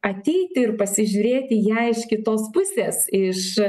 ateiti ir pasižiūrėti į ją iš kitos pusės iš